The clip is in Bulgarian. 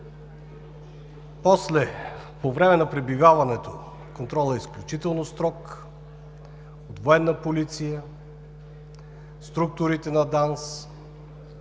После, по време на пребиваването, контролът е изключително строг от Военна полиция, структурите на ДАНС,